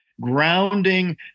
grounding